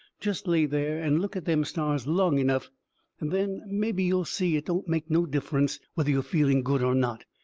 jest lay there and look at them stars long enough and then mebby you'll see it don't make no difference whether you're feeling good or not,